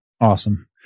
Awesome